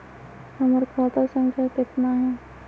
हमर खाता संख्या केतना हई?